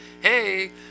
hey